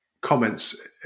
comments